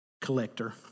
collector